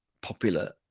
popular